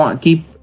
keep